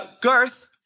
Garth